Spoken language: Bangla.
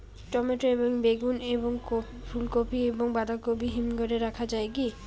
টমেটো এবং বেগুন এবং ফুলকপি এবং বাঁধাকপি হিমঘরে রাখা যায় কি?